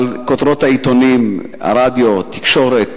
אבל כותרות העיתונים, הרדיו, תקשורת,